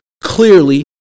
clearly